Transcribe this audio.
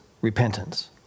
repentance